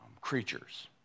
creatures